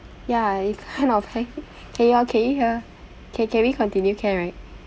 ya it kind of hang can you all can you hear kay can we continue can right